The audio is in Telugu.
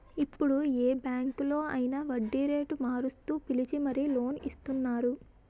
ఇప్పుడు ఏ బాంకులో అయినా వడ్డీరేటు మారుస్తూ పిలిచి మరీ లోన్ ఇస్తున్నారు